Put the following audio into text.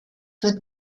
wird